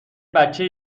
بچه